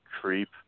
creep